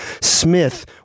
Smith